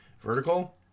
vertical